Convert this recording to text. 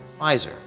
Pfizer